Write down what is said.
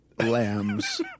lamb's